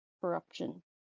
corruption